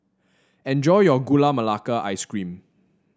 enjoy your Gula Melaka Ice Cream